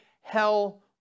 hell